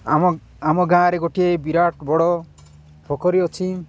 ଆମ ଆମ ଗାଁରେ ଗୋଟିଏ ବିରାଟ ବଡ଼ ପୋଖରୀ ଅଛି